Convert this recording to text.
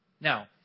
Now